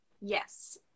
Yes